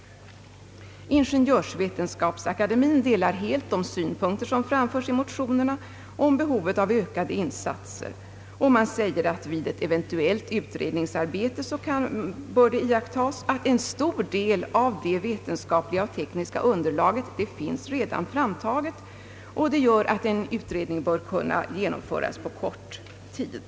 Ingeniörsvetenskapsakademien delar helt de synpunkter som framförs i motionerna om behov av ökade insatser. Man säger att vid ett eventuellt utredningsarbete bör det iakttas att en stor del av det erforderliga vetenskapliga och tekniska underlaget redan finns framtaget. Det gör att en utredning bör kunna genomföras på kort tid.